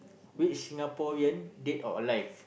which Singaporean dead or alive